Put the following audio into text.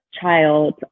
child